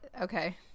okay